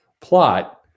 plot